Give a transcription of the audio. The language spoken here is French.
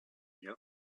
bien